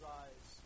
eyes